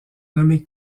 nommé